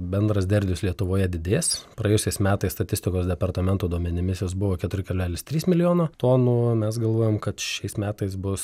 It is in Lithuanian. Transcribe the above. bendras derlius lietuvoje didės praėjusiais metais statistikos departamento duomenimis jos buvo keturi kablelis trys milijono tonų mes galvojom kad šiais metais bus